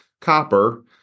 copper